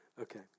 Okay